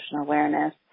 awareness